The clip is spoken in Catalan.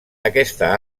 aquesta